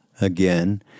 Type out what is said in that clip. again